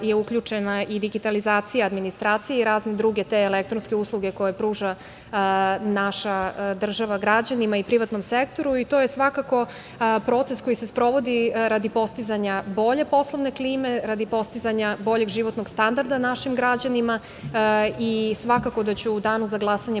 je uključena i digitalizacija administracije i razne druge te elektronske usluge koje pruža naša država građanima i privatnom sektoru. To je, svakako, proces koji se sprovodi radi postizanja bolje poslovne klime, radi postizanja boljeg životnog standarda našim građanima. Svakako da ću u danu za glasanje